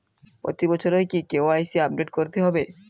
প্রতি বছরই কি কে.ওয়াই.সি আপডেট করতে হবে?